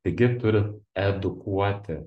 taigi turi edukuoti